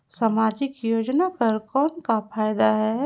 समाजिक योजना कर कौन का फायदा है?